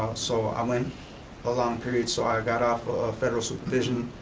so i went a long period, so i got off of federal supervision,